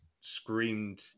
screamed